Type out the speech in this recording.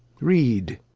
read.